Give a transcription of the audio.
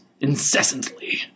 incessantly